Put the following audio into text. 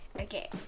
Okay